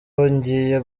ngiye